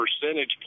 percentage